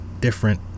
different